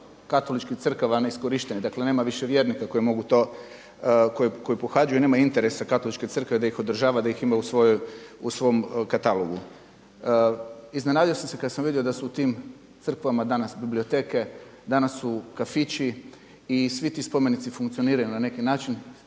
katoličkih crkava neiskorištenih, dakle nema više vjernika koji mogu to, koji pohađaju, nema interesa Katoličke crkve da ih održava, da ih ima u svom katalogu. Iznenadio sam se kada sam vidio da su u tim crkvama danas biblioteke, danas su kafići i svi ti spomenici funkcioniraju na neki način,